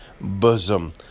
bosom